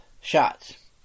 Shots